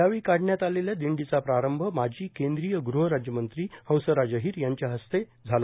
यावेळी काढण्यात आलेल्या दिंडीचा प्रारंभ केंद्रीय गृहराज्यमंत्री हंसराज अहिर यांच्या हस्ते आज झाला